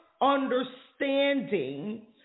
understanding